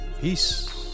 Peace